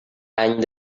any